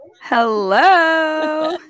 Hello